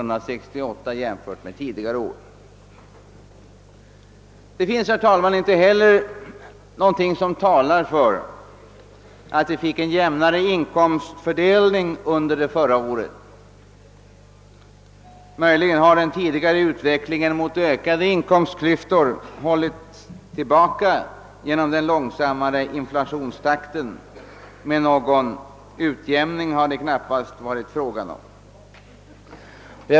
Det finns, herr talman, inte heller någonting som talar för att det blev en jämnare inkomstfördelning under förra året. Möjligen har den tidigare utvecklingen mot ökande inkomstklyftor hål lits tillbaka genom den långsammare inflationstakten, men någon utjämning har det knappast varit fråga om.